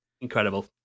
Incredible